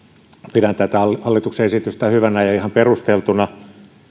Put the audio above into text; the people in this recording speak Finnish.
pidän hallituksen esitystä hyvänä ja ihan perusteltuna